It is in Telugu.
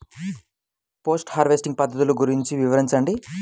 పోస్ట్ హార్వెస్టింగ్ పద్ధతులు గురించి వివరించండి?